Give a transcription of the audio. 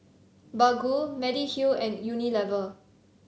Baggu Mediheal and Unilever